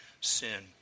sin